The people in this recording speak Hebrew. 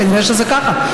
כנראה שזה ככה.